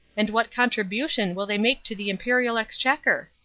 and what contribution will they make to the imperial exchequer?